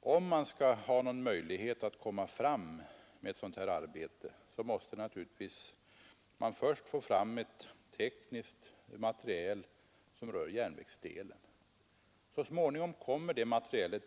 om vi skall ha några möjligheter att komma någon vart i det arbete det här gäller, så måste vi först få fram ett tekniskt material som rör järnvägsdelen. Det materialet får vi så småningom.